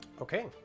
Okay